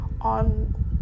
on